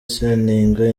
seninga